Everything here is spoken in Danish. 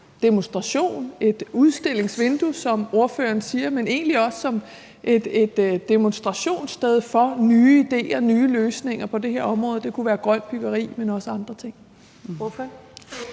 demonstration, et udstillingsvindue, som ordføreren siger, man egentlig også som et demonstrationssted for nye idéer og nye løsninger på det her område. Det kunne være grønt byggeri, men også andre ting.